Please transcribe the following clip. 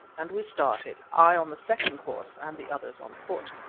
and we started, i on the second horse, and the others on foot.